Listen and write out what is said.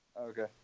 Okay